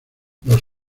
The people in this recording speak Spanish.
los